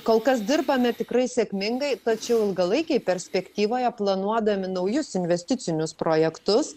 kol kas dirbame tikrai sėkmingai tačiau ilgalaikėj perspektyvoje planuodami naujus investicinius projektus